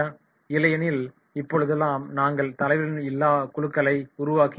இல்லையெனில் இப்போதெல்லாம் நாங்கள் தலைவர்கள் இல்லா குழுக்களை உருவாக்கி வருகிறோம்